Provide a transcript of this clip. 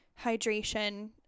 hydration